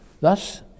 thus